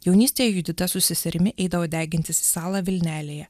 jaunystėj judita su seserimi eidavo degintis į salą vilnelėje